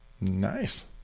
Nice